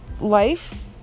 life